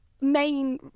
main